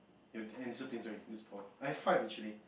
your and discipline sorry it's four I five actually